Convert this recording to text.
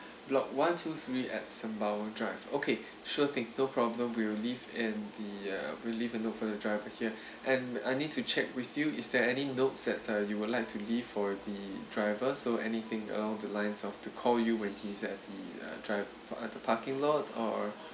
block one two three at Sembawang drive okay sure thing no problem we will leave in the uh we'll leave it over the driver here and I need to check with you is there any notes that uh you would like to leave for the driver so anything along the lines of to call you when he's at the uh drive or at the parking lot or